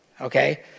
Okay